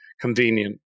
convenient